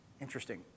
interesting